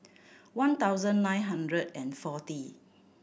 one thousand nine hundred and forty